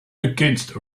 against